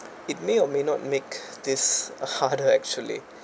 it may or may not make this a harder actually